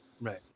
Right